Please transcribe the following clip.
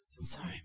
Sorry